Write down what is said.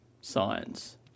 science